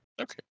Okay